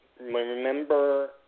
remember